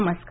नमस्कार